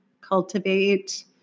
cultivate